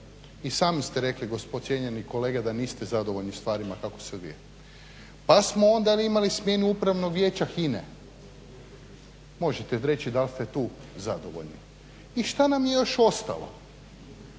i sami ste rekli cijenjeni kolege da niste zadovoljni stvarima kako se odvijaju, pa smo onda ima smjenu Upravnog vijeća HINA-e. možete reći da li ste tu zadovoljni? I šta nam je još ostalo?